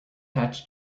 hatch